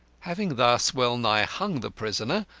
having thus well-nigh hung the prisoner,